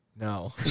No